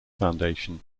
foundation